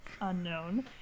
unknown